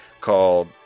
called